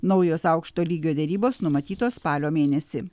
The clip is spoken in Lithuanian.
naujos aukšto lygio derybos numatytos spalio mėnesį